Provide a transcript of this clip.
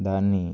దాన్ని